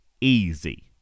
easy